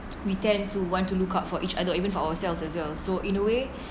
we tend to want to look out for each other even for ourselves as well so in a way